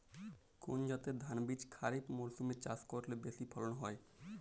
কোন জাতের ধানবীজ খরিপ মরসুম এ চাষ করলে বেশি ফলন হয়?